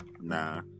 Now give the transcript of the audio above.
Nah